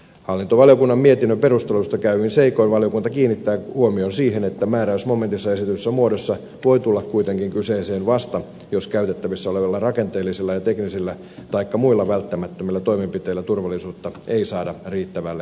hallintovaliokunnan mietinnön perusteluista ilmi käyvin seikoin valiokunta kiinnittää huomion siihen että määräys voi momentissa esitetyssä muodossa tulla kuitenkin kyseeseen vasta jos käytettävissä olevilla rakenteellisilla teknisillä taikka muilla välttämättömillä toimenpiteillä turvallisuutta ei saada riittävälle tasolle